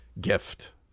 gift